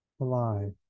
alive